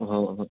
હા હા